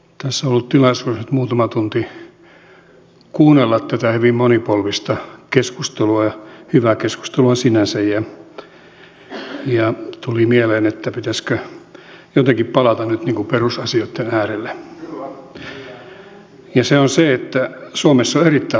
tässä on ollut tilaisuus nyt muutama tunti kuunnella tätä hyvin monipolvista keskustelua hyvää keskustelua sinänsä ja tuli mieleen että pitäisikö jotenkin palata nyt perusasioitten äärelle ja se on se että suomessa on erittäin vakava tilanne